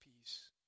peace